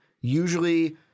Usually